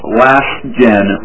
last-gen